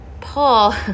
Paul